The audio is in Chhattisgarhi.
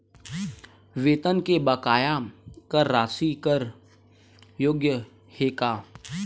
वेतन के बकाया कर राशि कर योग्य हे का?